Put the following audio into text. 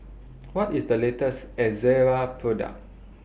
What IS The latest Ezerra Product